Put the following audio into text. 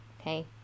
okay